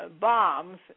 bombs